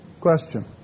Question